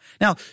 Now